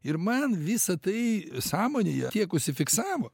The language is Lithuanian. ir man visa tai sąmonėje tiek užsifiksavo